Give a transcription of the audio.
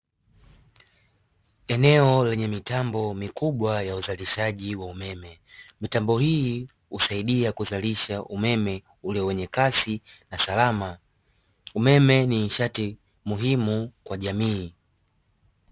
Eneo lenye mitambo mikubwa ya uzalishaji wa umeme, mitambo hii husaidia kuzalisha umeme ulio wenye kasi na salama. Umeme ni nishati muhimu kwa jamii.